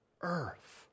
earth